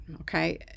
okay